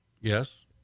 Yes